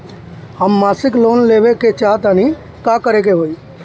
हम मासिक लोन लेवे के चाह तानि का करे के होई?